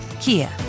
Kia